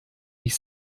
ich